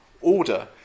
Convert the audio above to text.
order